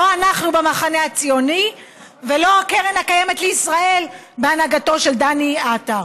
לא אנחנו במחנה הציוני ולא הקרן הקיימת לישראל בהנהגתו של דני עטר.